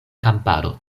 kamparo